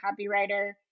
copywriter